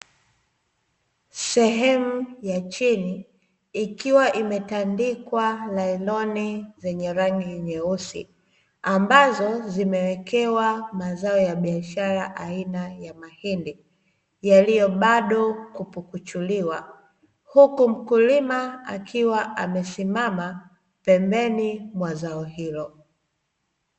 Sehemu ya chini ikiwa imetandikwa nailoni la rangi nyeusi, ambazo zimeaekewa mazao ya biashara aina ya mahindi yaliyo bado kupukuchuliwa. Huku mkulima akiwa amesimama pembeni ya zao hilo.